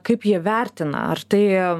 kaip jie vertina ar tai